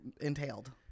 entailed